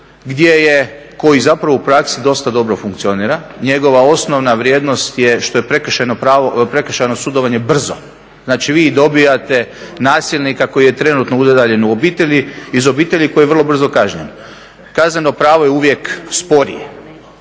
gdje je, koji zapravo u praksi dosta dobro funkcionira, njegova osnovna vrijednost je što je prekršajno sudovanje brzo, znači vi dobivate nasilnika koji je trenutno udaljen u obitelji, iz obitelji koji je vrlo brzo kažnjen. Kazneno pravo je uvijek sporije.